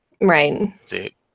Right